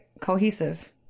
Cohesive